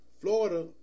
Florida